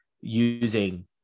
using